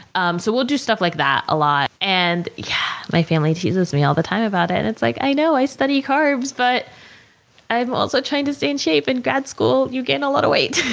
um so, we'll do stuff like that a lot. and yeah my family teases me all the time about it, and it's like, i know i study carbs but i'm also trying to stay in shape in grad school. you gain a lot of weight.